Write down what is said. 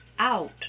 out